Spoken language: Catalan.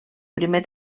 primer